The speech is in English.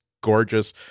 gorgeous